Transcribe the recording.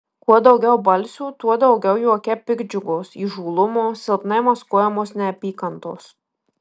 kuo daugiau balsių tuo daugiau juoke piktdžiugos įžūlumo silpnai maskuojamos neapykantos